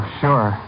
sure